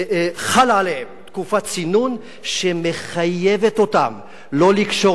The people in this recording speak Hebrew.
חלה עליהם תקופת צינון שמחייבת אותם לא לקשור